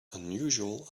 unusual